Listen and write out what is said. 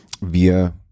wir